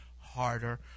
harder